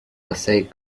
passaic